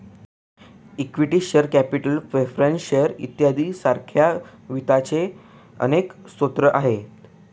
equity share capital preference shares इत्यादी सारख्या वित्ताचे अनेक स्रोत आहेत